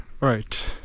right